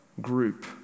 group